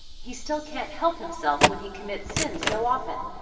he still can't help himself when he commits sins so often,